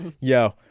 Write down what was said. Yo